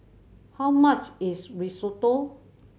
how much is Risotto